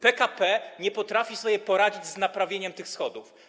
PKP nie potrafi sobie poradzić z naprawieniem tych schodów.